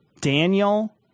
Daniel